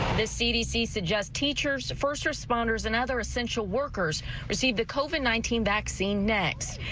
the cdc suggests teachers first responders and other essential workers receive the covid nineteen vaccine next.